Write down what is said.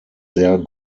sehr